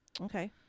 okay